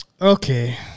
Okay